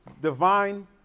divine